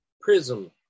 prism